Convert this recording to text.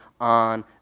on